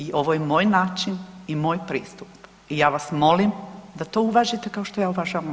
I ovo je moj način i moj pristup i ja vas molim da to uvažite kao što ja uvažavam vaš.